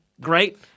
Great